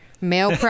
male